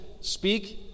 speak